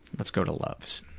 let's go to loves.